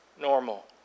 normal